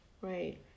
Right